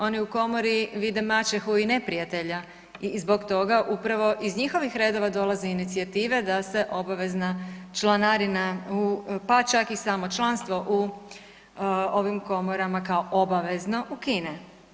Oni u Komori vide maćehu i neprijatelja i zbog toga upravo iz njihovih redova dolazi inicijative da se obavezna članarina u, pa čak i samo članstvo u ovim komorama, kao obavezno ukine.